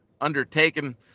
undertaken